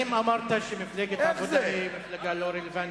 האם אמרת שמפלגת העבודה היא מפלגה לא רלוונטית?